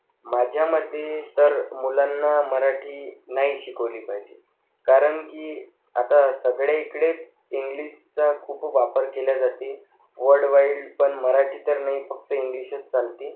माझ्या मते तर मुलांना मराठी नाही शिकवली पाहिजे कारण की आता सगळे इकडेच इंग्लिशचा खूप वापर केला जाते वर्ल्डवाइल पण मराठी तर नाही फक्त इंग्लिशच चालते